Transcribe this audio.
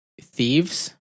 thieves